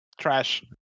Trash